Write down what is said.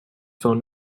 phone